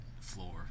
floor